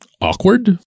awkward